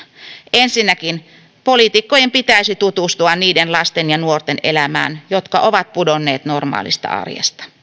ensinnäkin poliitikkojen pitäisi tutustua niiden lasten ja nuorten elämään jotka ovat pudonneet normaalista arjesta